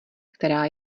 která